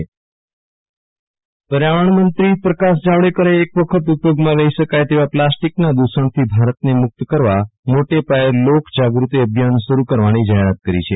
વિરલ રાણા પર્યાવરણમંત્રી પર્યાવરણ મંત્રી પ્રકાશ જાવડેકરે એક વખત ઉપયોગમાં લઈ શકાય તેવા પ્લાસ્ટીકના દુષણથી ભારતને મુક્ત કરવા મોટાપાયે લોક જાગૃતિ અભિયાન શરૂ કરવાની જાહેરાત કરી છે